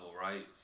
right